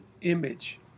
image